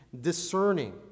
discerning